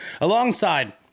alongside